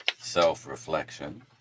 Self-reflection